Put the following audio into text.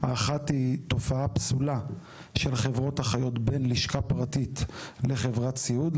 האחת היא תופעה פסולה של חברות אחיות בין לשכה פרטית לחברת סיעוד,